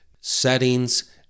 settings